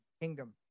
kingdom